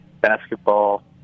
basketball